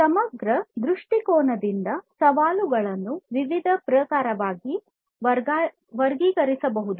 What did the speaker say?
ಸಮಗ್ರ ದೃಷ್ಟಿಕೋನದಿಂದ ಸವಾಲುಗಳನ್ನು ವಿವಿಧ ಪ್ರಕಾರಗಳಾಗಿ ವರ್ಗೀಕರಿಸಬಹುದು